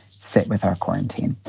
sit with our quarantine.